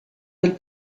del